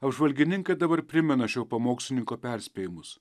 apžvalgininkai dabar primena šio pamokslininko perspėjimus